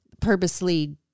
purposely